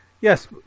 Yes